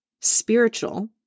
spiritual